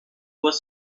was